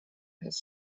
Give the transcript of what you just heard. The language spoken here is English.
his